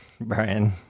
Brian